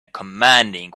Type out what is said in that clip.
commanding